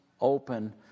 open